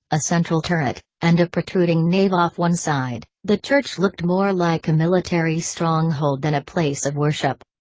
a central turret, and a protruding nave off one side, the church looked more like a military stronghold than a place of worship.